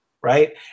right